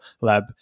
lab